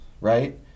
right